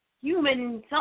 human